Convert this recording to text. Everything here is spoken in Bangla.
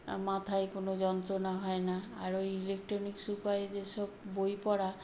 আর মাথায় কোনো যন্ত্রণা হয় না আর ওই ইলেকট্রনিক্স উপায়ে যেসব বই পড়া